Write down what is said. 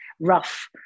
rough